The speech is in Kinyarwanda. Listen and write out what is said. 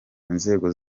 inzego